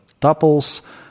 tuples